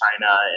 China